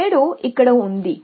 7 ఇక్కడ ఉంది